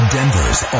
Denver's